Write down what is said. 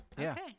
okay